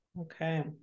Okay